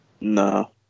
No